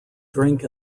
drink